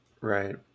Right